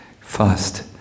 fast